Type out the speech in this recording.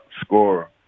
score